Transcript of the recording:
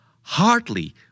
hardly